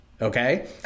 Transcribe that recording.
Okay